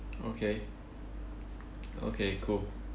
okay okay cool